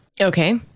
Okay